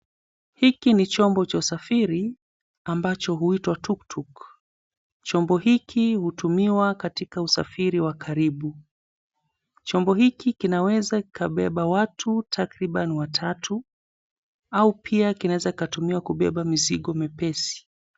Hiki ni chombo cha usafiri ambacho huitwa Tuktuk. Chombo hiki hutumiwa katika usafiri wa karibu. Chombo hiki kinaweza kikabeba watu takriban watatu au pia kinaweza kikatumiwa kubeba mzigo mepesi.